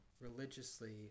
religiously